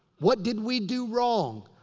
what did we do wrong?